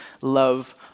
love